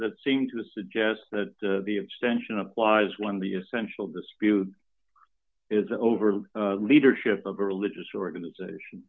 that seem to suggest that the extension applies when the essential dispute is over leadership of a religious organization